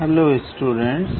hello students